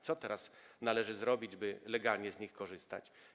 Co teraz należy zrobić, by legalnie z nich korzystać?